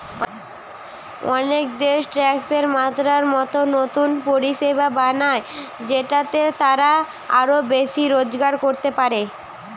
অনেক দেশ ট্যাক্সের মাত্রা মতো নতুন পরিষেবা বানায় যেটাতে তারা আরো বেশি রোজগার করতে পারে